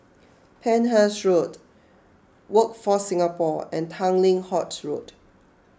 Penhas Road Workforce Singapore and Tanglin Halt Road